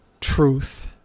truth